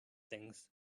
things